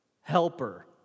helper